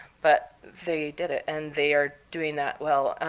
but they did it, and they are doing that well.